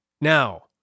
Now